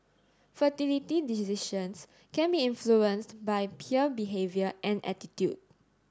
fertility decisions can be influenced by peer behaviour and attitude